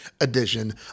edition